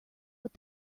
what